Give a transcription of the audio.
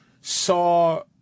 Saw